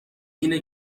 اینه